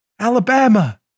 Alabama